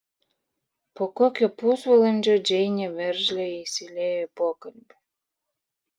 po kokio pusvalandžio džeinė veržliai įsiliejo į pokalbį